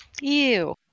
Ew